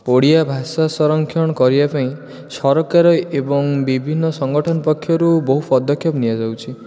ଓଡ଼ିଆ ଭାଷା ସଂରକ୍ଷଣ କରିବା ପାଇଁ ସରକାର ଏବଂ ବିଭିନ୍ନ ସଙ୍ଗଠନ ପକ୍ଷରୁ ବହୁ ପଦକ୍ଷେପ ନିଆଯାଉଛି